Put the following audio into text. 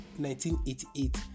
1988